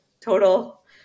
total